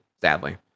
Sadly